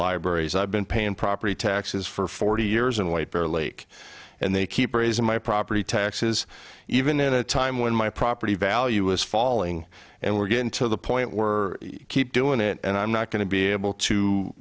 libraries i've been paying property taxes for forty years in white bear lake and they keep raising my property taxes even in a time when my property value is falling and we're going to the point we're keep doing it and i'm not going to be able to